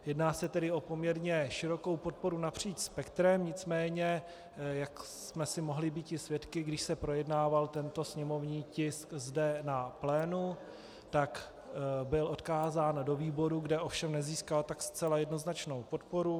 Jedná se tedy o poněkud širokou podporu napříč spektrem, nicméně jak jsme mohli býti svědky, když se projednával tento sněmovní tisk zde na plénu, tak byl odkázán do výboru, kde ovšem nezískal tak zcela jednoznačnou podporu.